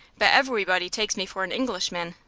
but evewybody takes me for an englishman.